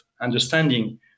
understanding